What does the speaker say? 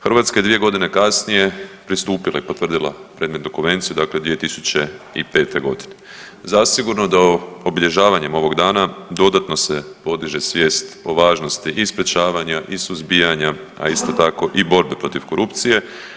Hrvatska je dvije godine kasnije pristupila i potvrdila predmetnu konvenciju, dakle 2005.g. Zasigurno da obilježavanjem ovog dana dodatno se podiže svijest o važnosti i sprečavanja i suzbijanja, a isto tako i borbe protiv korupcije.